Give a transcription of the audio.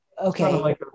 Okay